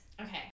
Okay